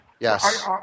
Yes